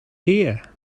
here